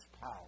power